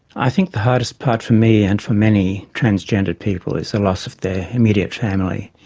i think the hardest part for me, and for many transgendered people, is the loss of their immediate family,